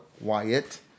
Wyatt